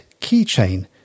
keychain